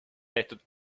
tehtud